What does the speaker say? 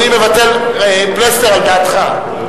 פלסנר, על דעתך.